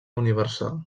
universal